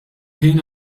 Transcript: ħin